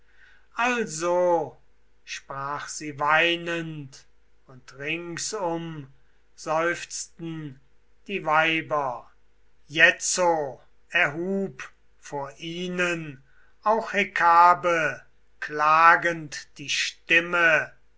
also sprach sie weinend und weckt unermeßlichen jammer endlich erhub vor ihnen auch helena klagend die stimme